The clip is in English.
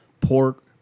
Pork